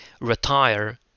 retire